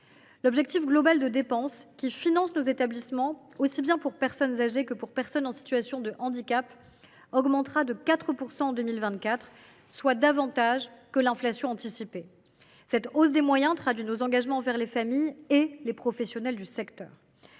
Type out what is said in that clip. L’objectif global de dépense qui finance nos établissements pour personnes âgées aussi bien que pour personnes en situation de handicap augmentera de 4 % en 2024, soit davantage que l’inflation anticipée. Cette hausse des moyens traduit nos engagements envers les familles et les professionnels du secteur.